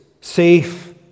safe